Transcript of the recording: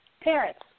Parents